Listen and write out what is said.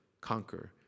Conquer